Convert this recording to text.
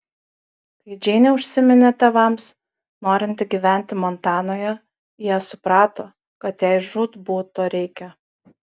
kai džeinė užsiminė tėvams norinti gyventi montanoje jie suprato kad jai žūtbūt to reikia